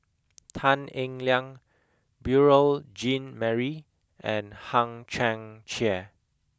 Tan Eng Liang Beurel Jean Marie and Hang Chang Chieh